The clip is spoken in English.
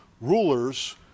rulers